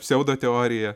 pseudo teorija